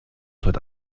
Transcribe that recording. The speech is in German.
heute